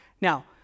Now